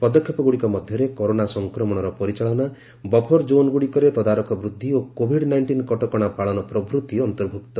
ପଦକ୍ଷେପଗୁଡ଼ିକ ମଧ୍ୟରେ କରୋନା ସଫ୍ରକ୍ରମଣର ପରିଚାଳନା ବଫର ଜୋନ୍ ଗୁଡ଼ିକରେ ତଦାରଖ ବୃଦ୍ଧି ଓ କୋଭିଡ୍ ନାଇଷ୍ଟିନ୍ କଟକଣା ପାଳନ ପ୍ରଭୃତି ଅନ୍ତର୍ଭୁକ୍ତ